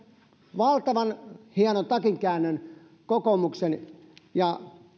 valtavan hienon takinkäännön kokoomuksen ja